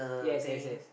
yes yes yes